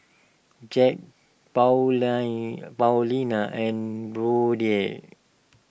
Jax Pauline Paulina and Brodie